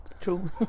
True